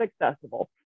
accessible